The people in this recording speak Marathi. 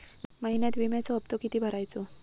महिन्यात विम्याचो हप्तो किती भरायचो?